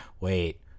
Wait